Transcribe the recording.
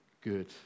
good